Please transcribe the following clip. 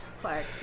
Clark